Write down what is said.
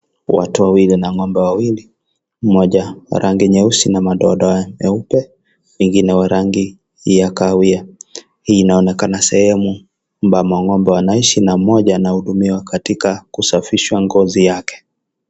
Mtu mmoja na ng'ombe mmoja wenye madoa doa meusi na madoa doa meupe na mwingine wa rangi ya kahawia huo inaonekana sehemu ambamo ng'ombe anahudumiwa katika kusafishwa ngozi yake.